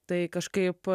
tai kažkaip